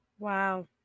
Wow